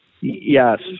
Yes